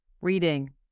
reading